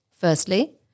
Firstly